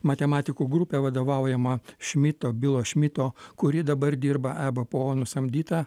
matematikų grupę vadovaujamą šmito bilo šmito kuri dabar dirba ebpo nusamdyta